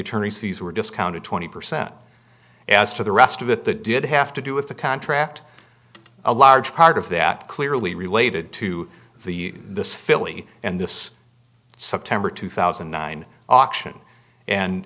attorney's fees were discounted twenty percent as to the rest of it that did have to do with the contract a large part of that clearly related to the this filly and this september two thousand and nine auction and